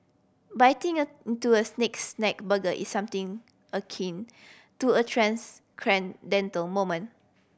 biting into a Snake Snack burger is something akin to a moment